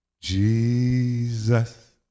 Jesus